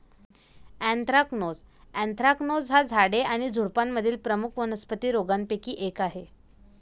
anthracnose anthracnose हा झाडे आणि झुडुपांमधील प्रमुख वनस्पती रोगांपैकी एक आहे